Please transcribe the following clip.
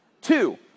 Two-